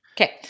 Okay